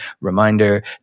reminder